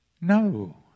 No